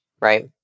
right